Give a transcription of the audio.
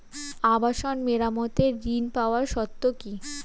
আবাসন মেরামতের ঋণ পাওয়ার শর্ত কি?